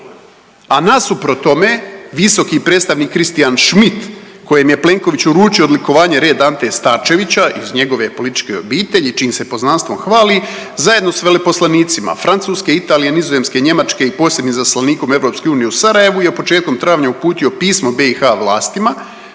a nasuprot tome visoki predstavnik Christian Schmidt kojem je Plenković uručio odlikovanje Red Ante Starčevića iz njegove političke obitelji čijim se poznanstvom hvali zajedno s veleposlanicima Francuske, Italije, Nizozemske, Njemačke i posebnim izaslanikom EU u Sarajevu je početkom travnja uputio pismo BiH vlastima